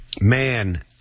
man